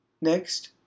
Next